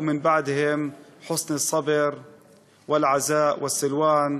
תנחומינו לכם, ומי ייתן ולא תוסיפו דאבה עוד.